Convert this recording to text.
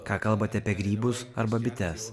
ką kalbate apie grybus arba bites